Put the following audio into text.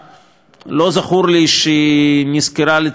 לא זכור לי שהיא נזכרה לצטט את עצמה.